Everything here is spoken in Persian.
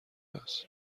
است